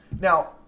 Now